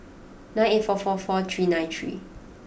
nine eight four four four three nine three